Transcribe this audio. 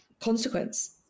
Consequence